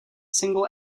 single